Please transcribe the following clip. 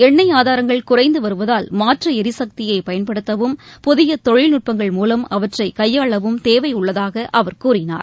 எண்ணெய் ஆதாரங்கள் குறைந்து வருவதாவ் மாற்று எரிசக்தியை பயன்படுத்தவும் புதிய தொழில்நுட்பங்கள் மூலம் அவற்றை கையாளவும் தேவை உள்ளதாக அவர் கூறினார்